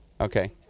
Okay